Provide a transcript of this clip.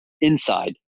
inside